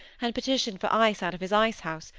and petition for ice out of his ice-house,